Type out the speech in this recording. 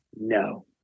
No